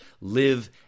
live